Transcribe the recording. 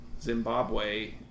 Zimbabwe